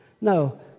No